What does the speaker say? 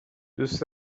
دوست